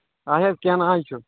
اچھا کیٚنہہ نہ حظ چھُنہٕ